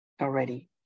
already